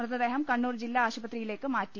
മൃതദേഹം കണ്ണൂർ ജില്ലാ ആശുപത്രി യിലേക്ക് മാറ്റി